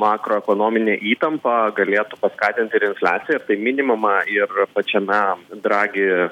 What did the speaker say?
makroekonominę įtampą galėtų paskatinti infliaciją ir tai minimama ir pačiame dragi